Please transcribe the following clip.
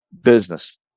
business